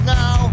now